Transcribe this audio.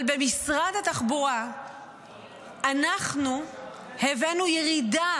אבל במשרד התחבורה אנחנו הבאנו ירידה